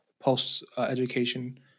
post-education